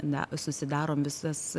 na susidarom visas